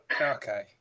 okay